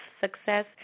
success